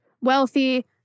wealthy